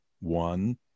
one